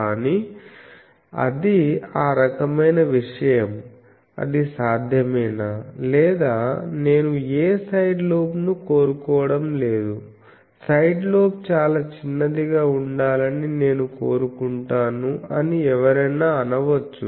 కానీ అది ఆ రకమైన విషయం అది సాధ్యమేనా లేదా నేను ఏ సైడ్ లోబ్ను కోరుకోవడం లేదు సైడ్ లోబ్ చాలా చిన్నదిగా ఉండాలని నేను కోరుకుంటున్నాను అని ఎవరైనా అనవచ్చు